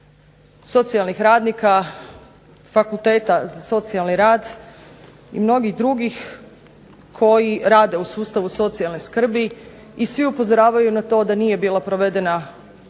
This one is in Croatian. socijalnih radnika, Fakulteta za socijalni rad i mnogih drugih koji rade u sustavu socijalne skrbi i svi upozoravaju na to da nije bila provedena dobra